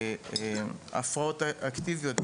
הפרעות אקטיביות,